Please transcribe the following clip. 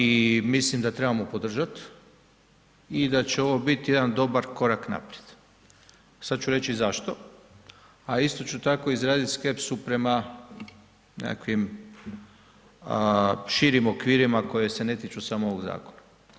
I mislim da trebamo podržat i da će ovo biti jedan dobar korak naprijed, sad ću reći i zašto, a isto ću tako izrazit skepsu prema nekakvim širim okvirima koji se ne tiču samo ovog zakona.